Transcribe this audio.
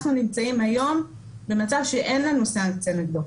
אנחנו נמצאים היום במצב שאין לנו סנקציה נגדו.